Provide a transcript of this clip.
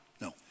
No